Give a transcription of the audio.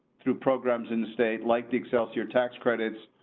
through programs in the state, like the excelsior tax credits.